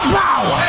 power